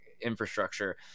infrastructure